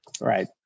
Right